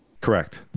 Correct